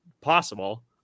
possible